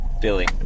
Billy